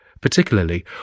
particularly